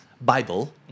Bible